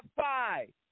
five